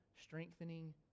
strengthening